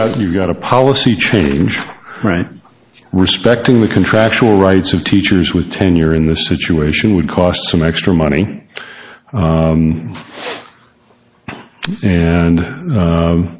got you've got a policy change right respecting the contractual rights of teachers with tenure in this situation would cost some extra money